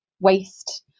waste